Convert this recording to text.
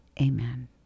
Amen